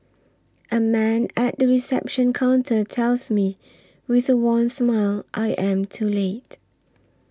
a man at the reception counter tells me with a warm smile I am too late